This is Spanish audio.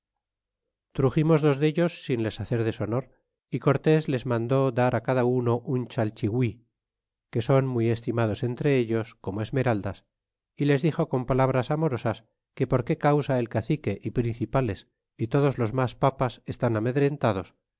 truximos dos dellos sin les hacer deshonor y cortés les mandó dar á cada uno un chalchihui que son muy estimados entre ellos como esmeraldas é les dixo con palabras amorosas que por qué causa el cacique y principales a todos los mas papas están amedrentados